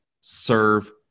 serve